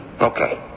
Okay